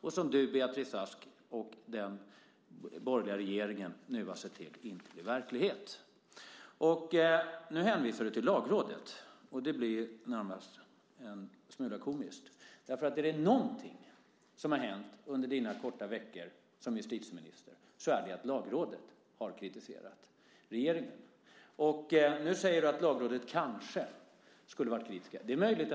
Nu har du, Beatrice Ask, och den borgerliga regeringen sett till att denna skärpning inte blir verklighet. Beatrice Ask hänvisar till Lagrådet. Det blir närmast en smula komiskt. Om det är något som har hänt under din korta tid som justitieminister är det nämligen att Lagrådet har kritiserat regeringen. Nu säger du att man i Lagrådet kanske skulle ha varit kritisk till förslaget.